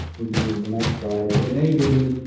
you can move to the next slide, it may be,